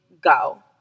go